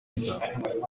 inzara